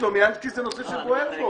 סלומינסקי, זה נושא שבוער בו.